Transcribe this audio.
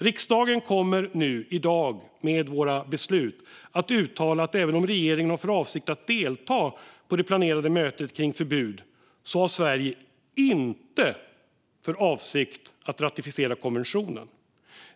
Riksdagen kommer i dag i och med våra beslut att uttala att även om regeringen har för avsikt att delta på det planerade mötet kring förbud har Sverige inte för avsikt att ratificera konventionen.